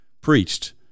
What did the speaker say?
preached